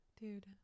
Dude